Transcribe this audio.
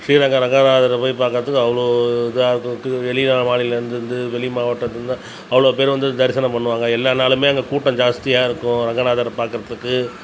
ஸ்ரீரங்கம் ரங்கநாதரப் போய் பார்க்கிறதுக்கு அவ்வளோ இதாக இருக்குன்ட்டு வெளி மாநிலேருந்து வந்து வெளிமாவட்டத்துலேருந்து அவ்வளோ பேர் வந்து தரிசனம் பண்ணுவாங்க எல்லா நாளுமே அங்கே கூட்டம் ஜாஸ்தியாக இருக்கும் ரங்கநாதரப் பார்க்கறதுக்கு